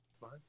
Fine